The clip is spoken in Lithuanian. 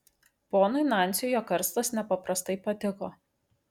ponui nansiui jo karstas nepaprastai patiko